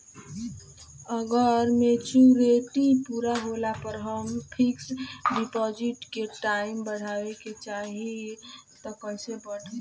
अगर मेचूरिटि पूरा होला पर हम फिक्स डिपॉज़िट के टाइम बढ़ावे के चाहिए त कैसे बढ़ी?